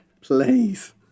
please